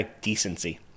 decency